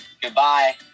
Goodbye